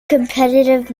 competitive